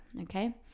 okay